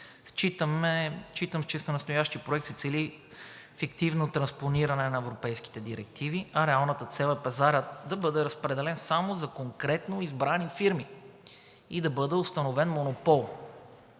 Считам, че с настоящия проект се цели фиктивно транспониране на европейските директиви, а реалната цел е пазарът да бъде разпределен само за конкретно избрани фирми и да бъде установен монопол.